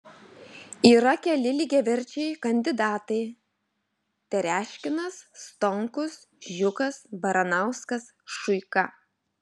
yra keli lygiaverčiai kandidatai tereškinas stonkus žiukas baranauskas šuika